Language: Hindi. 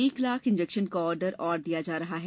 एक लाख इंजेक्शन का ऑर्डर और दिया जा रहा है